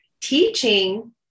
teaching